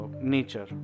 nature